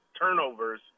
turnovers